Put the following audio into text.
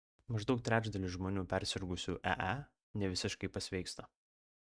maždaug trečdalis žmonių persirgusių ee nevisiškai pasveiksta